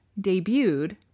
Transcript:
debuted